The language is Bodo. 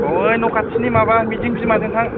ओइ न' खाथिनि माबा मिजिं बिमाजों थां